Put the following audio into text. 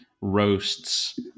roasts